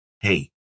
Hey